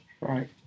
Right